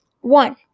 one